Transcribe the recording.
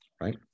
right